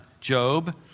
Job